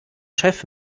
chef